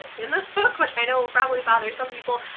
in this book, which i know will probably bother some people.